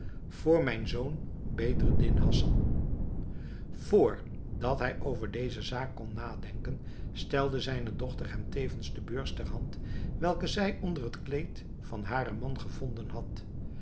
voor mijn zoon bedreddin hassan vr dat hij over deze zaak kon nadenken stelde zijne dochter hem tevens de beurs ter hand welke zij onder het kleed van haren man gevonden had